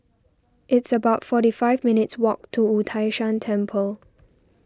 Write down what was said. it's about forty five minutes' walk to Wu Tai Shan Temple